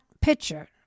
picture